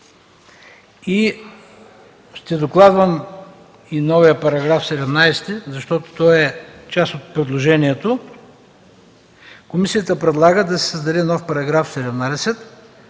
Ще докладвам и новия § 17, защото той е част от предложението. Комисията предлага да се създаде нов § 17: „§ 17.